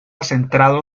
centrado